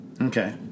Okay